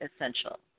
essential